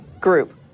group